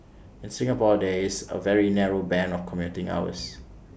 in Singapore there is A very narrow Band of commuting hours